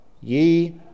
ye